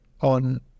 on